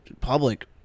public